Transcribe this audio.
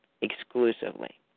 exclusively